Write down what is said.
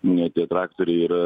minėti traktoriai yra